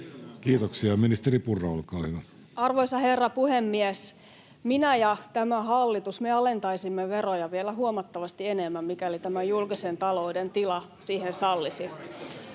Malm sd) Time: 16:12 Content: Arvoisa herra puhemies! Minä ja tämä hallitus alentaisimme veroja vielä huomattavasti enemmän, mikäli tämä julkisen talouden tila siihen sallisi.